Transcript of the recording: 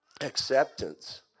acceptance